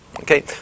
Okay